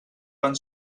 van